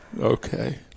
Okay